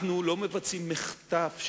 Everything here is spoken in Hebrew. אנחנו לא מבצעים מחטף,